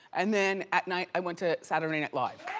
and then at night, i went to saturday night live.